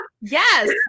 Yes